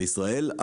בישראל,